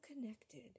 connected